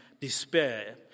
despair